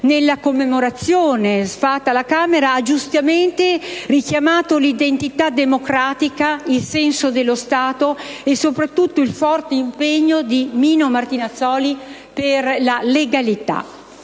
nella commemorazione fatta alla Camera, ha giustamente richiamato l'identità democratica, il senso dello Stato e, soprattutto, il forte impegno di Mino Martinazzoli per la legalità.